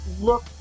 look